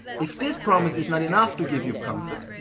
if this promise is not enough to give you comfort,